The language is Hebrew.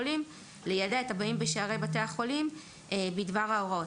החולים ליידע את הבאים בשערי בתי החולים בדבר ההוראות".